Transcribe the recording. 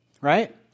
right